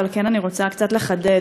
ולכן אני רוצה קצת לחדד.